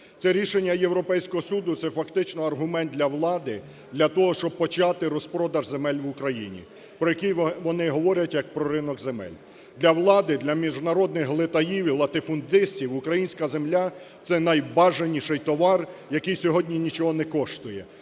Це рішення Європейського суду – це фактично аргумент для влади для того, щоб почати розпродаж земель в Україні, про який вони говорять як про ринок земель. Для влади, для міжнародних глитаїв і латифундистів українська земля – це найбажаніший товар, який сьогодні нічого не коштує.